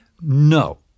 No